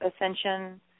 ascension